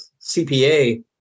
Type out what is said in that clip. CPA